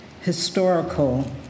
historical